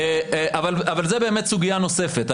אבל זו באמת סוגיה נוספת.